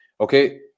okay